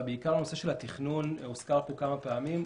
אבל הנושא של התכנון הוזכר פה כמה פעמים,